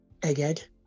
Egghead